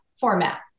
format